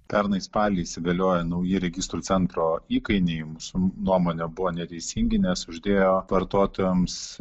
pernai spalį įsigaliojo nauji registrų centro įkainiai mūsų nuomone buvo neteisingi nes uždėjo vartotojams